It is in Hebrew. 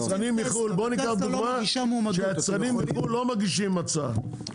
ניקח דוגמה שהיצרנים מחו"ל לא מגישים הצעה.